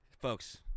Folks